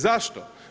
Zašto?